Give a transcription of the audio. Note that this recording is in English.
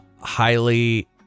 highly